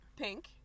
Pink